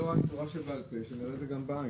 לא רק תורה שבעל פה, שנראה את זה גם בעין.